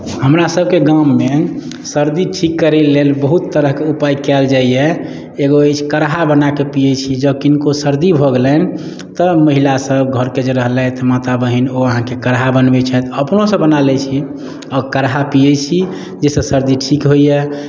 हमरा सबके गाममे सर्दी ठीक करै लेल बहुत तरहके उपाय कयल जाइए एगो अछि काढ़ा बनाके पियै छियै जँ किनको सर्दी भऽ गेलनि तऽ महिला सब घरके जे रहलथि माता बहिन ओ अहाँके काढ़ा बनबै छथि अपनोसँ बना लै छी आओर काढ़ा पियै छी जाहिसँ सर्दी ठीक होइए